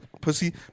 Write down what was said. pussy